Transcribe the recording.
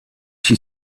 she